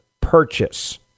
purchase